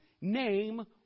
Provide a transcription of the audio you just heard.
name